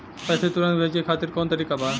पैसे तुरंत भेजे खातिर कौन तरीका बा?